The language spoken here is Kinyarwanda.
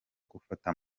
gufata